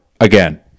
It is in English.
again